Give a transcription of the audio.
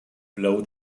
blow